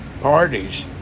parties